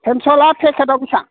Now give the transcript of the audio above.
पेनसिला पेकेटआव बिसां